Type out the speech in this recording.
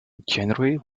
january